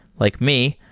like me,